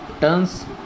turns